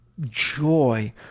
joy